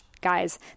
guys